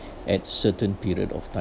at certain period of time